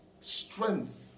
strength